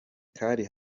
kari